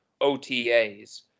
OTAs